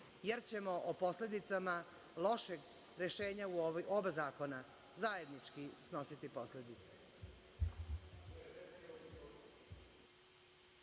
jer ćemo o posledicama lošeg rešenja u oba zakona zajednički snositi posledice.